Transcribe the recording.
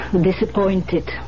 disappointed